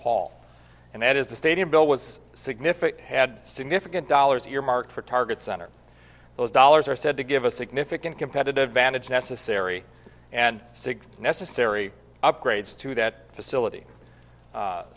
paul and that is the stadium bill was significant had significant dollars earmarked for target center those dollars are said to give a significant competitive advantage necessary and sig necessary upgrades to that facility